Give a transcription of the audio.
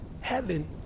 Heaven